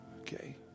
okay